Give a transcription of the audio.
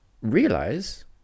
realize